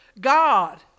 God